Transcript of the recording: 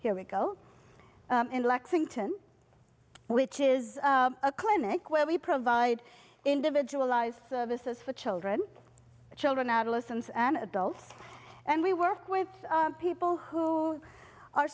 here we go in lexington which is a clinic where we provide individualized services for children and children adolescents and adults and we work with people who are